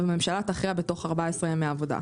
והממשלה תכריע בתוך 14 ימי עבודה.